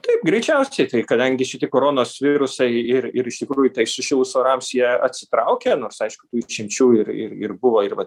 taip greičiausiai tai kadangi šitie kronos virusai ir ir iš tikrųjų tai sušilus orams jie atsitraukia nors aišku tų išimčių ir ir ir buvo ir vat